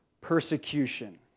persecution